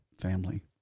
family